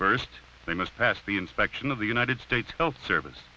first they must pass the inspection of the united states health service